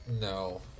No